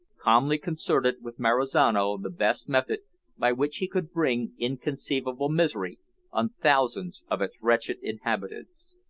calmly concerted with marizano the best method by which he could bring inconceivable misery on thousands of its wretched inhabitants.